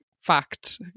fact